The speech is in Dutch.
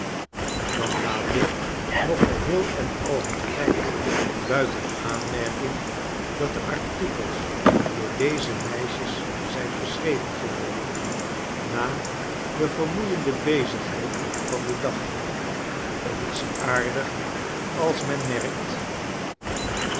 dan laat ik nog geheel en al het feit buiten aanmerking dat de artikels door deze meisjes zijn geschreven gewprden na de vermoeiende bezigheden van den dag t isaardig als men merkt